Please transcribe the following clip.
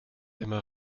immer